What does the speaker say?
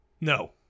No